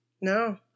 No